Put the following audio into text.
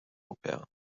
oper